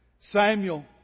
Samuel